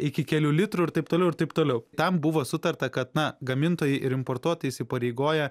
iki kelių litrų ir taip toliau ir taip toliau tam buvo sutarta kad na gamintojai ir importuotojai įsipareigoja